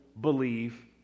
believe